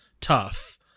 tough